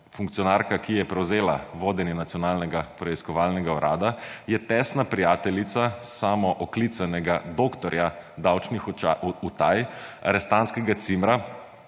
funkcionarka, ki je prevzela vodenje Nacionalnega preiskovalnega urada, je tesna prijateljica samooklicanega doktorja davčnih utaj, arestantskega cimra,